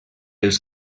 els